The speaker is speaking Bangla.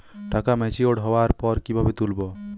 টাকা ম্যাচিওর্ড হওয়ার পর কিভাবে তুলব?